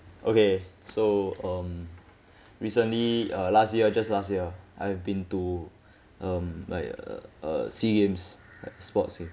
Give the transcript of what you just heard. okay so um recently uh last year just last year I've been to um like uh uh sea games like sports games